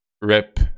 rip